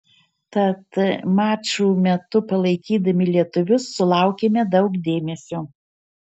tad mačų metu palaikydami lietuvius sulaukėme daug dėmesio